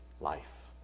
life